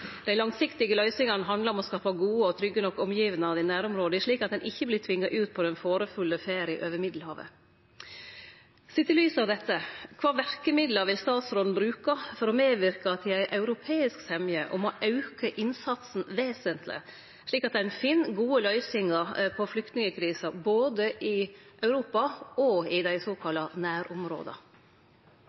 Dei langsiktige løysingane handlar om å skape gode og trygge nok omgjevnader i nærområda, slik at ein ikkje vert tvinga ut på den farefulle ferda over Middelhavet. Sett i lys av dette: Kva verkemiddel vil statsråden bruke for å medverke til ei europeisk semje om å auke innsatsen vesentleg, slik at ein finn gode løysingar på flyktningkrisa, både i Europa og i dei såkalla nærområda?